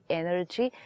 energy